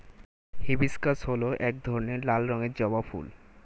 hibiscus হল এক ধরনের লাল রঙের জবা ফুল